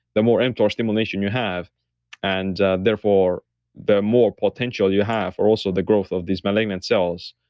the more mtor stimulation you have and therefore the more potential you have, or also the growth of these malignant cells.